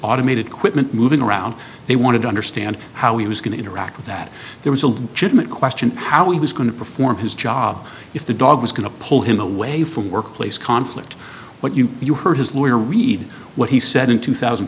automated quitman moving around they wanted to understand how he was going to interact with that there was a legitimate question how he was going to perform his job if the dog was going to pull him away from workplace conflict what you you heard his lawyer read what he said in two thousand